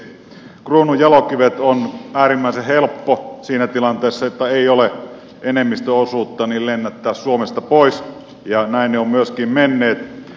kruununjalokivet on äärimmäisen helppo siinä tilanteessa että ei ole enemmistöosuutta lennättää suomesta pois ja näin ne ovat myöskin menneet